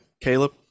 Caleb